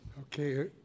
Okay